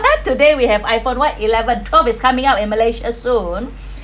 that today we have I_phone what eleven pro is coming out in malaysia soon